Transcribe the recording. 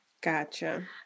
Gotcha